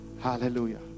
Hallelujah